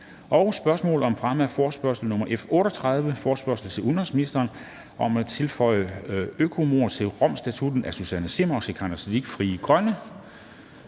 6) Spørgsmål om fremme af forespørgsel nr. F 38: Forespørgsel til udenrigsministeren om at tilføje økomord til Romstatutten. Af Susanne Zimmer (FG) og Sikandar Siddique (FG).